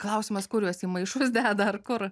klausimas kur juos į maišus deda ar kur